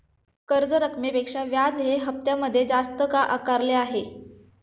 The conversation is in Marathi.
कर्ज रकमेपेक्षा व्याज हे हप्त्यामध्ये जास्त का आकारले आहे?